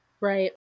right